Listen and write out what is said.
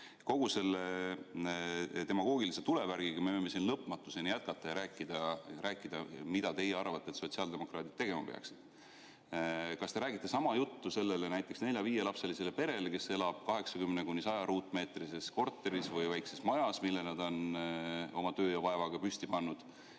Kogu selle demagoogilise tulevärgiga me võime siin lõpmatuseni jätkata ja rääkida, mida teie arvates sotsiaaldemokraadid tegema peaksid. Kas te räägite sama juttu ka näiteks nelja-viielapselisele perele, kes elab 80–100-ruutmeetrises korteris või väikeses majas, mille nad on oma töö ja vaevaga püsti pannud,